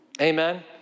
Amen